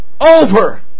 over